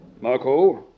Marco